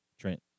Trent